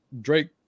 Drake